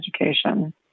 education